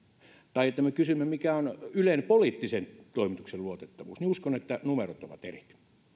tai me kysymme mikä on ylen poliittisen toimituksen luotettavuus niin uskon että numerot ovat erilaiset